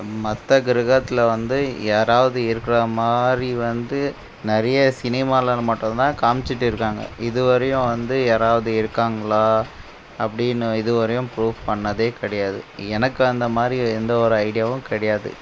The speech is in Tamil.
மற்ற கிரகத்தில் வந்து யாராவது இருக்கிற மாதிரி வந்து நிறைய சினிமாவில் மட்டும்தான் காமிச்சுட்டு இருக்காங்க இதுவரையும் வந்து யாராவது இருக்காங்களா அப்படினு இதுவரையும் ப்ரூஃப் பண்ணதே கிடையாது எனக்கு அந்த மாதிரி எந்த ஒரு ஐடியாவும் கிடையாது